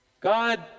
God